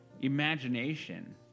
Imagination